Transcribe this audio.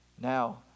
Now